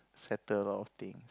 settle a lot of things